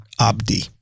Abdi